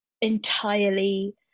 entirely